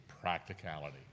practicality